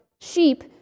sheep